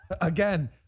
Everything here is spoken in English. Again